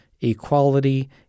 equality